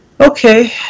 Okay